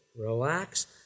relax